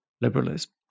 liberalism